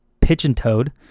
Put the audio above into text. pigeon-toed